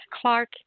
Clark